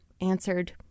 answered